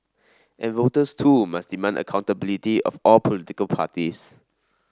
and voters too must demand accountability of all political parties